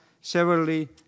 severely